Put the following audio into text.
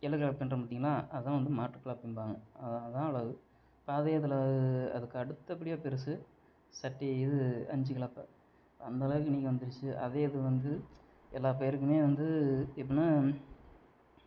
ஏலு கலப்பைன்ற பார்த்தீங்களா அதான் வந்து மாட்டு கலப்பைம்பாங்க அதனால் தான் இப்போ அதே இதில் அதுக்கு அடுத்தபடியா பெரிசு சட்டி இது அஞ்சு கலப்பை அந்தளவுக்கு இன்றைக்கி வந்திடுச்சி அதே இது வந்து எல்லா பயிருக்குமே வந்து எப்டின்னா